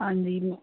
ਹਾਂਜੀ